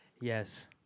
Yes